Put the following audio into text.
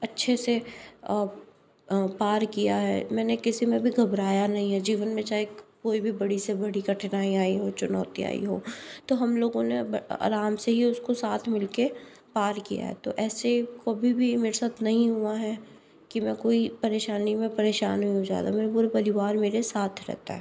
अच्छे से पार किया है मैंने किसी में भी घबराया नहीं है जीवन में चाहे क कोई भी बड़ी से बड़ी कठिनाई आयी हो चुनौती आयी हो तो हम लोगों ने आराम से ही उसको साथ मिल के पार किया है तो ऐसे कभी भी मेरे साथ नहीं हुआ है की मैं कोई परेशानी में परेशान हुई हूँ ज़्यादा मेरा पूरा परिवार मेरे साथ रहता है